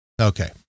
Okay